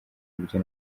buryo